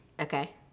Okay